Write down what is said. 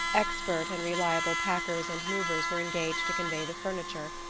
expert and reliable packers and movers were engaged to convey the furniture,